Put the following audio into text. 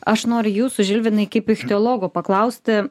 aš noriu jūsų žilvinai kaip ichtiologo paklausti